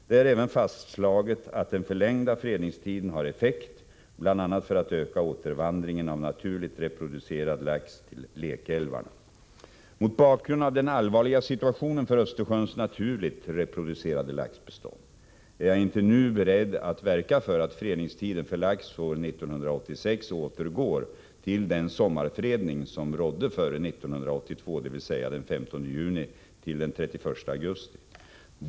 Det är även fastslaget att den förlängda fredningstiden har effekt bl.a. för att öka återvandringen av naturligt reproducerad lax till lekälvarna. Mot bakgrund av den allvarliga situationen för Östersjöns naturligt reproducerade laxbestånd är jag inte nu beredd att verka för att fredningstiden för lax 1986 återgår till den sommarfredning som rådde före 1982, dvs. från den 15 juni till den 31 augusti.